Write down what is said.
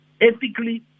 ethically